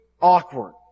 awkward